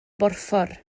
borffor